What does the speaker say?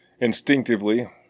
Instinctively